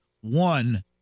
One